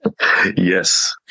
Yes